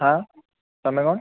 હા તમે કોણ